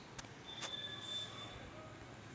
हलक्या जमीनीमंदी घ्यायची पिके कोनची?